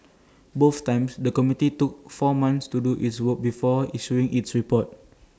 both times the committee took four months to do its work before issuing its report